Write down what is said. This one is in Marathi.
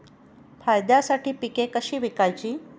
फायद्यासाठी पिके कशी विकायची?